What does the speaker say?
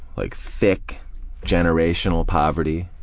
like thick generational poverty.